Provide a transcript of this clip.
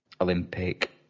Olympic